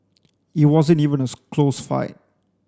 it wasn't even a close fight